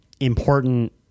important